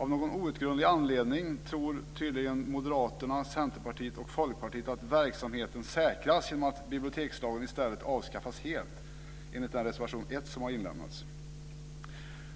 Av någon outgrundlig anledning tror tydligen